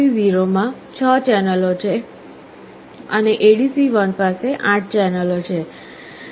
ADC0 માં 6 ચેનલો છે અને ADC1 પાસે 8 ચેનલો છે